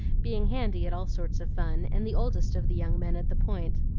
being handy at all sorts of fun, and the oldest of the young men at the point.